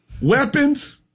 weapons